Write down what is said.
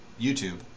youtube